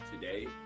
today